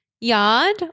yard